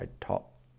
top